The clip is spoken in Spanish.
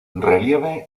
relieve